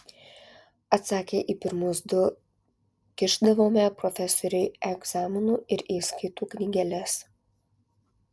atsakę į pirmus du kišdavome profesoriui egzaminų ir įskaitų knygeles